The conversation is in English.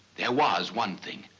there was one thing.